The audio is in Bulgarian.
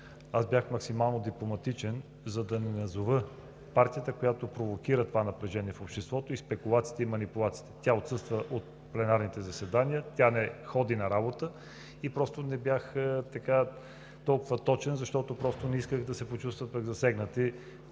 аз бях максимално дипломатичен, за да не назова партията, която провокира това напрежение в обществото и спекулациите, и манипулациите. Тя отсъства от пленарните заседания, тя не ходи на работа. Не бях толкова точен, защото не исках да се почувстват пък засегнати